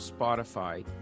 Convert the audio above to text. Spotify